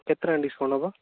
କେତେ ଟଙ୍କା ଡିସକାଉଣ୍ଟ ହବ